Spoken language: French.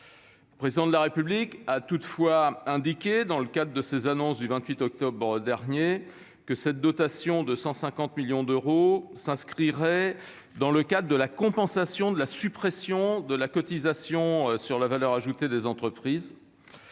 Le Président de la République a néanmoins indiqué, lors de ses annonces du 28 octobre dernier, que cette dotation de 150 millions d'euros s'inscrivait dans le cadre de la compensation de la suppression de la cotisation sur la valeur ajoutée des entreprises.